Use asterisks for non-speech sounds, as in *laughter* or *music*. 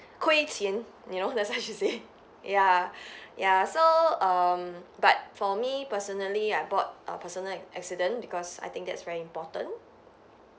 亏钱 you know that's what she say yeah *breath* yeah so um but for me personally I bought a personal accident because I think that's very important